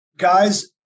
guys